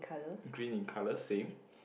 green in colour same